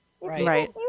Right